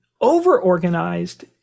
over-organized